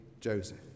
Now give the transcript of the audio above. Joseph